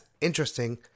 interesting